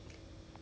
you really ah